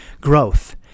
growth